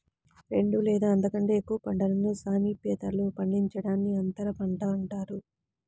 రెండు లేదా అంతకంటే ఎక్కువ పంటలను సామీప్యతలో పండించడాన్ని అంతరపంట అంటారు